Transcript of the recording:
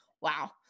Wow